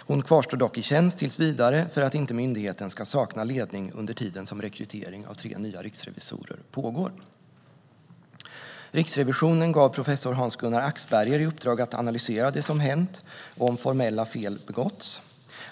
Hon kvarstår dock i tjänst tills vidare, för att inte myndigheten ska sakna ledning under tiden som rekrytering av tre nya riksrevisorer pågår. Riksrevisionen gav professor Hans-Gunnar Axberger i uppdrag att analysera det som hänt och om formella fel begåtts.